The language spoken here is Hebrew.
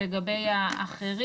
לגבי האחרים.